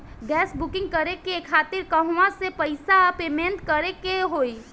Gas booking करे के खातिर कहवा से पैसा पेमेंट करे के होई?